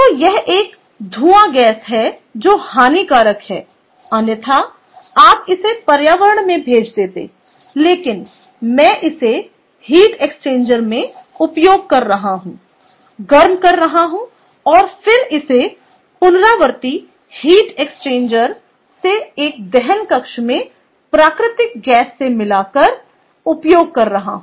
तो यह एक धूआं गैस है जो हानिकारक है अन्यथा आप इसे पर्यावरण में भेज देते लेकिन मैं इसे हीट एक्सचेंजर में उपयोग कर रहा हूं गर्म कर रहा हूं और फिर इसे पुनरावर्ती हीट एक्सचेंजर से एक दहन कक्ष में प्राकृतिक गैस के साथ मिलाकर उपयोग कर रहा हूं